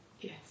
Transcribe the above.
Yes